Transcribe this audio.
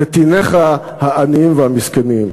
נתיניך העניים והמסכנים.